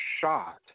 shot